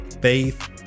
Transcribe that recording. faith